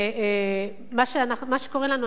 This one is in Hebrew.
ומה שקורה לנו,